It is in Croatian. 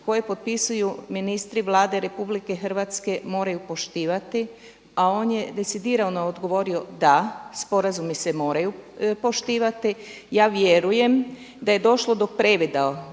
koje potpisuju ministri Vlade RH moraju poštivati, a on je decidirano odgovorio da, sporazumi se moraju poštivati. Ja vjerujem da je došlo do previda